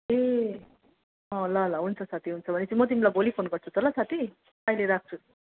ए अँ ल ल हुन्छ साथी हुन्छ भनेपछि म तिमीलाई भोलि फोन गर्छु त ल साथी अहिले राख्छु